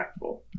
impactful